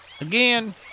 Again